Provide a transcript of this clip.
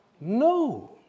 No